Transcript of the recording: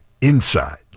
Inside